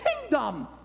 kingdom